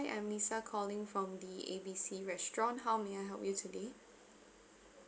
I'm lisa calling from the A B C restaurant how may I help you today